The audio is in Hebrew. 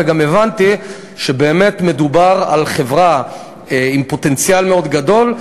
וגם הבנתי שבאמת מדובר על חברה עם פוטנציאל מאוד גדול,